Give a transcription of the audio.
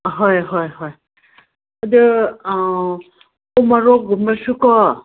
ꯑꯥ ꯍꯣꯏ ꯍꯣꯏ ꯍꯣꯏ ꯑꯗꯣ ꯎꯃꯣꯔꯣꯛꯀꯨꯝꯕꯁꯨ ꯀꯣ